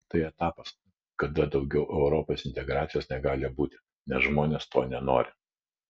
tai etapas kada daugiau europos integracijos negali būti nes žmonės to nenori